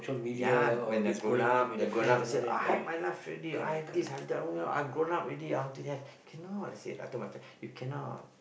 ya when they grown up the grown up say I have my life already I have this I have that I grown up already I want to have cannot I said I told my friend you cannot